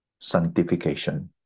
sanctification